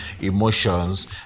emotions